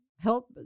help